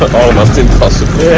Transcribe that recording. almost impossible! wow!